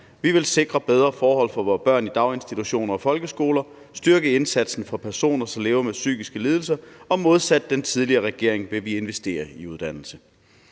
vi vil sikre bedre forhold for vore børn i daginstitutioner og folkeskoler, styrke indsatsen for personer, som lever med psykiske lidelser. Og modsat den tidligere regering vil vi investere i uddannelse.